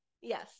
Yes